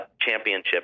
Championship